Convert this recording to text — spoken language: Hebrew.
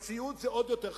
במציאות זה עוד יותר חמור,